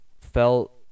felt